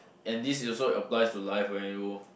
and this is also applies to life when you